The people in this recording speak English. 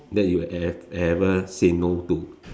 that you e~ ever say no to